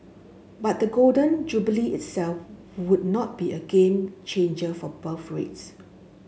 but the Golden Jubilee itself would not be a game changer for birth rates